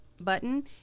button